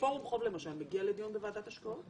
פורום חוב למשל, מגיע לדיון בוועדת השקעות?